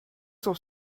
cent